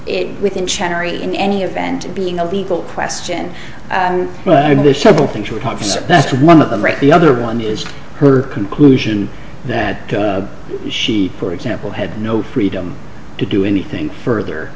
it within cherry in any event being a legal question and this several things were tough spot that's one of them right the other one is her conclusion that she for example had no freedom to do anything further